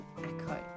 ECHO